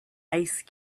ice